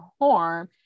harm